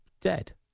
Dead